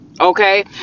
Okay